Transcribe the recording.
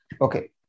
Okay